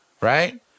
right